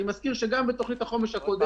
אני מזכיר שגם בתוכנית החומש הקודמת,